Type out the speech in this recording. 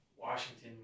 Washington